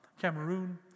Cameroon